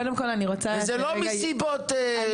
זה לא מסיבות משפטיות.